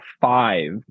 five